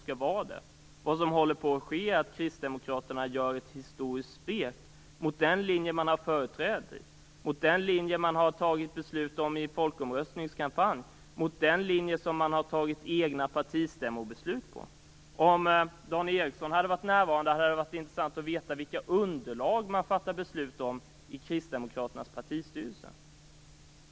Kristdemokraterna håller på med ett historiskt spel mot den linje som man har varit företrädare för, mot en linje som det har fattats beslut om i en folkomröstning, mot den linje som man har fattat egna partistämmobeslut om. Om Dan Ericsson hade varit närvarande hade det varit intressant att få veta vilka underlag man har när man fattar beslut i kristdemokraternas partistyrelse.